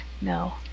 No